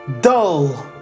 dull